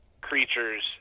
creatures